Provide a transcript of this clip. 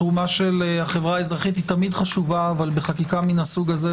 התרומה של החברה האזרחית תמיד חשובה אבל בחקיקה מהסוג הזה,